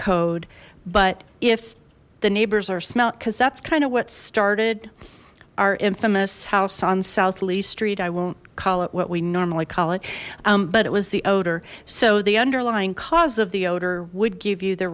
code but if the neighbors are smelt cuz that's kind of what started our infamous house on south lee street i won't call it what we normally call it but it was the odor so the underlying cause of the odour would give you the